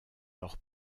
leur